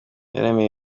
yaremye